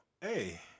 hey